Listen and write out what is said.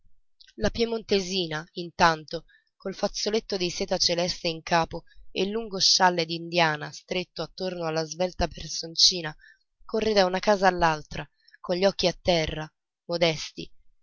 la piemontesina intanto col fazzoletto di seta celeste in capo e il lungo scialle d'indiana stretto intorno alla svelta personcina corre da una casa all'altra con gli occhi a terra modesti